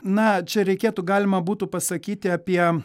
na čia reikėtų galima būtų pasakyti apie